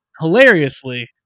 Hilariously